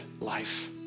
life